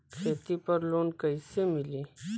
खेती पर लोन कईसे मिली?